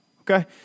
Okay